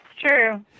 true